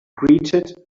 greeted